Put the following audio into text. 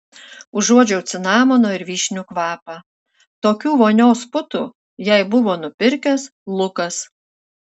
užuodžiau cinamono ir vyšnių kvapą tokių vonios putų jai buvo nupirkęs lukas